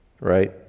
right